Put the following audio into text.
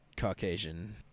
Caucasian